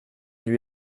lui